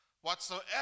Whatsoever